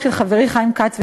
של חברי הכנסת עדי קול וחיים כץ,